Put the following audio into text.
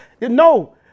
No